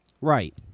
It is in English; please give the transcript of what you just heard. Right